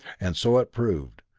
and so it proved.